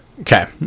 Okay